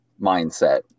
mindset